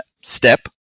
step